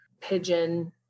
pigeon